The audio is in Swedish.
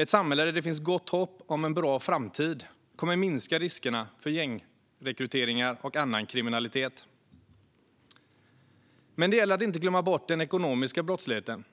Ett samhälle där det finns gott hopp om en bra framtid kommer att minska riskerna för gängrekryteringar och annan kriminalitet. Men det gäller att inte glömma bort den ekonomiska brottsligheten.